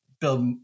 build